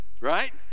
right